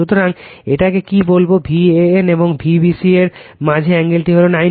সুতরাং এটাকে কি বলবো V AN এবং V bc এর মাঝে অ্যাঙ্গেলটি হলো 90o